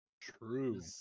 true